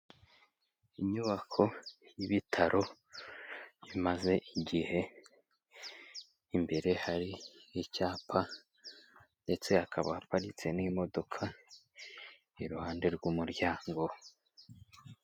Inyubako y'ibitaro imaze igihe, imbere hari icyapa ndetse hakaba haparitse n'imodoka iruhande rw'umuryango.